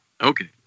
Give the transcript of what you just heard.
Okay